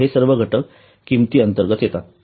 हे सर्व घटक किंमती अंतर्गत येतात